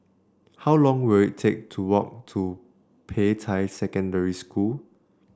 how long will it take to walk to Peicai Secondary School